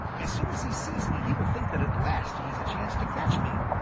as soon as he sees me he will think that at last he has a chance to catch me,